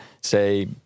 say